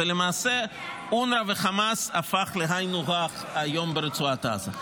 ולמעשה אונר"א וחמאס הפכו להיינו הך היום ברצועת עזה.